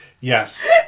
Yes